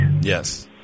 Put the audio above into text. Yes